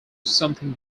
something